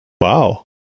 Wow